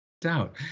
doubt